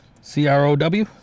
C-R-O-W